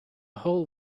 whole